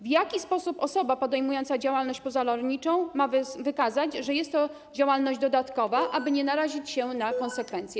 W jaki sposób osoba podejmująca działalność pozarolniczą ma wykazać, że jest to działalność dodatkowa, aby nie narazić się na konsekwencje?